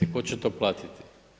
Tko će to platiti?